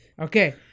Okay